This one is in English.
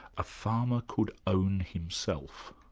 a farmer could own himself',